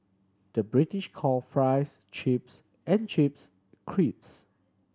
the British call fries chips and chips crisps